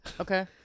okay